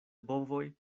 bovoj